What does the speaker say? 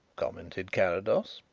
commented carrados,